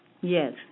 Yes